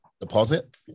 Deposit